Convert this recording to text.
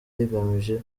rigamije